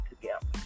together